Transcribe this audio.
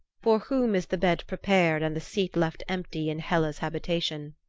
for whom is the bed prepared and the seat left empty in hela's habitation?